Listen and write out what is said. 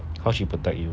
how she protect you